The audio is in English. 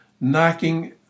knocking